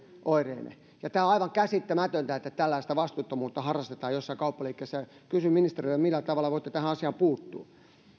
oireinen tämä on aivan käsittämätöntä että tällaista vastuuttomuutta harrastetaan joissain kauppaliikkeissä kysyn ministereiltä millä tavalla voitte tähän asiaan puuttua